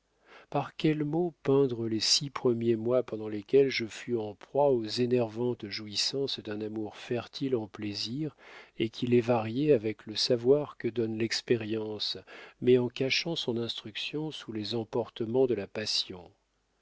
par quels mots peindre les six premiers mois pendant lesquels je fus en proie aux énervantes jouissances d'un amour fertile en plaisirs et qui les variait avec le savoir que donne l'expérience mais en cachant son instruction sous les emportements de la passion